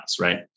right